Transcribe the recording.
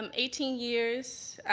um eighteen years